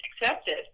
accepted